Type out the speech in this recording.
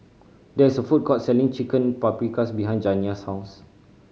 there is a food court selling Chicken Paprikas behind Janiah's house